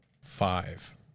Five